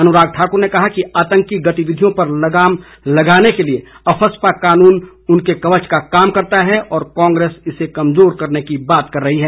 अनुराग ठाकुर ने कहा कि आतंकी गतिविधियों पर लगाम लगाने के लिए अफ्स्पा कानून उनके कवच का काम करता है और कांग्रेस इसे कमजोर करने की बात कर रही है